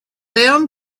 down